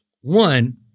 One